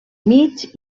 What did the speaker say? mig